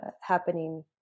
happening